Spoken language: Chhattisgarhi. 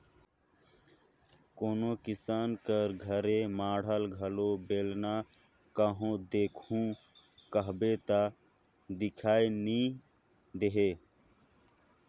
कोनो किसान कर घरे माढ़ल घलो बेलना कहो देखहू कहबे ता दिखई नी देहे